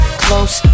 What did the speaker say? close